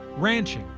ranching,